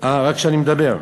רק כשאתה למעלה.